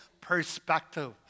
perspective